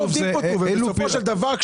בסופו של דבר,